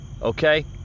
Okay